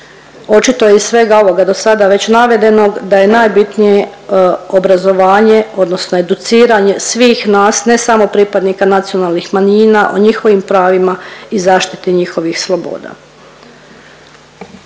Očito iz svega ovoga do sada već navedenog da je najbitnije obrazovanje odnosno educiranje svih nas ne samo pripadnika nacionalnih manjina o njihovim pravima i zaštiti njihovih sloboda.